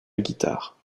guitare